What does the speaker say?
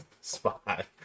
spot